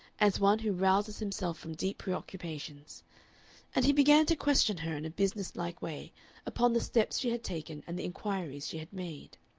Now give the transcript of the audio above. as one who rouses himself from deep preoccupations and he began to question her in a business-like way upon the steps she had taken and the inquiries she had made.